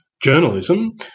journalism